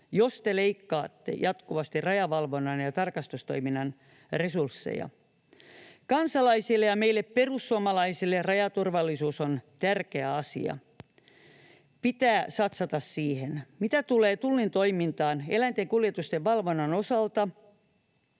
jos te leikkaatte jatkuvasti rajavalvonnan ja tarkastustoiminnan resursseja. Kansalaisille ja meille perussuomalaisille rajaturvallisuus on tärkeä asia, pitää satsata siihen. Mitä tulee Tullin toimintaan eläinten kuljetusten valvonnan osalta,